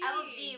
lg